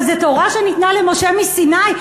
מה זה, תורה שניתנה למשה מסיני?